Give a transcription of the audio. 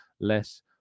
less